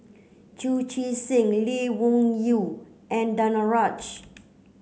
Chu Chee Seng Lee Wung Yew and Danaraj